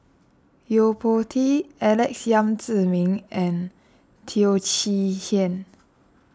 Yo Po Tee Alex Yam Ziming and Teo Chee Hean